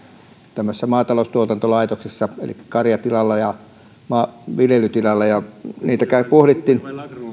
tämmöisessä maataloustuotantolaitoksessa eli karjatilalla ja viljelytilalla ja kun niitä ongelmia pohdittiin